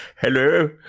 hello